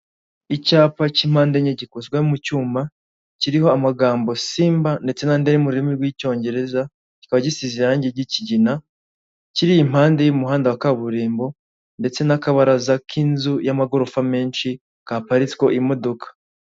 Icyapa cy'impande enye gikozwe mu cyuma kiriho amagambo simba ndetse n'anda ari mu rurimi rw'icyongereza kikaba gisize irangi ry'ikigina kiri impande y'umuhanda wa kaburimbo ndetse n'akabaraza k'inzu y'amagorofa menshi kaparitsweho imodoka.